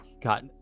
got